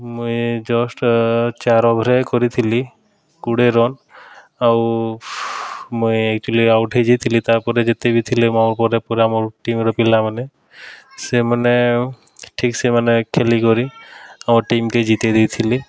ମୁଇଁ ଜଷ୍ଟ୍ ଚାଏର୍ ଓଭର୍ରେ କରିଥିଲି କୁଡ଼େ ରନ୍ ଆଉ ମୁଇଁ ଏକ୍ଚୌଲି ଆଉଟ୍ ହେଇଯାଇଥିଲି ତା'ର୍ପରେ ଯେତେ ବି ଥିଲେ ମୋର୍ ପରେ ପୁରା ମୋର୍ ଟିମ୍ର ପିଲାମାନେ ସେମାନେ ଠିକ୍ ସେମାନେ ଖେଲିକରି ଆମର୍ ଟିମ୍କେ ଜିତେଇ ଦେଇଥିଲେ